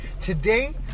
Today